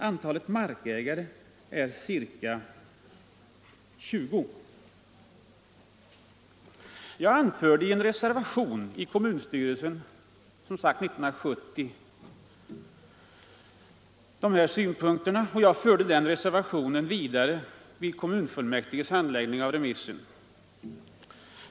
Antalet markägare är ca 20.” Jag anförde de här synpunkterna i en reservation i kommunstyrelsen, som jag sagt, 1970, och förde den reservationen vidare vid kommunfullmäktiges handläggning av remissen.